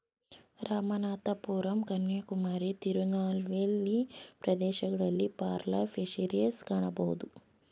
ರಾಮನಾಥಪುರಂ ಕನ್ಯಾಕುಮಾರಿ, ತಿರುನಲ್ವೇಲಿ ಪ್ರದೇಶಗಳಲ್ಲಿ pearl fisheries ಕಾಣಬೋದು